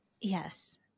Yes